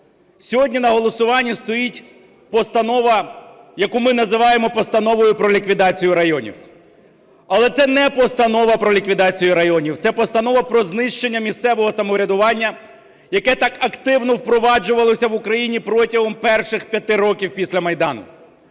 Сьогодні на голосуванні стоїть постанова, яку ми називаємо Постановою про ліквідацію районів. Але це не Постанова про ліквідацію районів - це Постанова про знищення місцевого самоврядування, яке так активно впроваджувалося в Україні протягом перших п'яти років після Майдану.